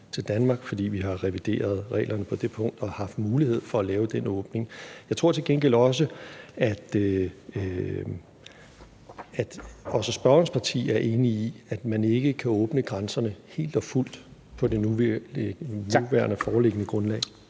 til Danmark, fordi vi har revideret reglerne på det punkt og har haft mulighed for at lave den åbning. Jeg tror til gengæld også, at også spørgerens parti er enig i, at man ikke kan åbne grænserne helt og fuldt på det nuværende og foreliggende grundlag.